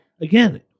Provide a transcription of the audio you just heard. Again